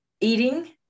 eating